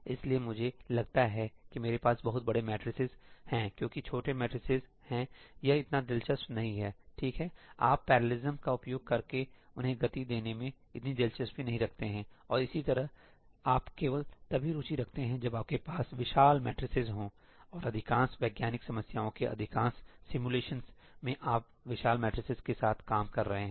इसलिए मुझे लगता है कि मेरे पास बहुत बड़े मेट्रिसेस ठीक हैं क्योंकि छोटे मेट्रिसेस हैं यह इतना दिलचस्प नहीं है ठीक हैआप पैरेललिज्म का उपयोग करके उन्हें गति देने में इतनी दिलचस्पी नहीं रखते हैंऔर इसी तरह सहीआप केवल तभी रुचि रखते हैं जब आपके पास विशाल मैट्रिसेसहों और अधिकांश वैज्ञानिक समस्याओं के अधिकांश सिमुलेशन में आप विशाल मैट्रिसेस के साथ काम कर रहे हों